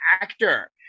actor